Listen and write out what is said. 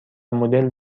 مدل